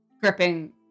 gripping